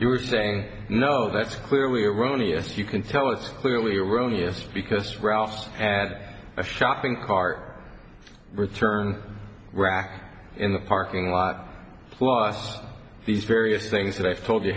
you were saying no that's clearly erroneous you can tell it's clearly erroneous because routes at a shopping cart return rack in the parking lot plus these various things that i've told you